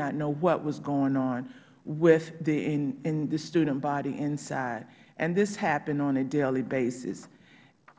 not know what was going on with the student body inside and this happened on a daily basis